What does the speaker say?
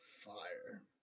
fire